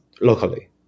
locally